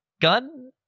gun